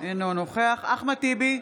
אינו נוכח אחמד טיבי,